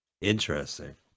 Interesting